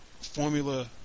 formula